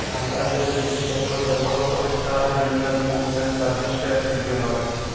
হামরা যে জিলিস পত্র ব্যবহার ক্যরি তার জন্হে গুডস এন্ড সার্ভিস ট্যাক্স দিতে হ্যয়